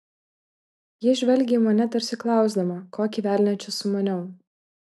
ji žvelgė į mane tarsi klausdama kokį velnią čia sumaniau